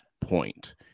point